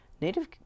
Native